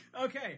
Okay